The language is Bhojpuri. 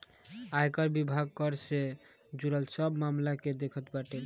आयकर विभाग कर से जुड़ल सब मामला के देखत बाटे